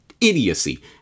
Idiocy